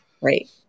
Right